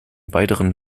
weiteren